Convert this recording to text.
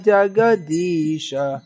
Jagadisha